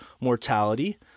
mortality